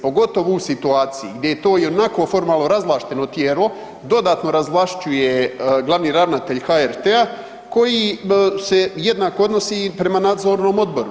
Pogotovu u situaciji gdje to ionako formalno razvlašteno tijelo dodatno razvlašćuje glavni ravnatelj HRT-a koji se jednako odnosi i prema nadzornom odboru.